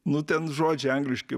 nu ten žodžiai angliški